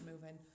moving